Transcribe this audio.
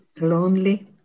lonely